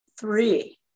Three